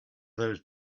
those